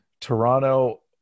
toronto